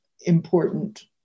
important